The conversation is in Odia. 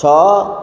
ଛଅ